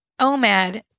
OMAD